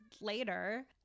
later